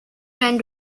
end